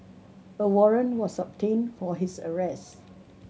a warrant was obtained for his arrest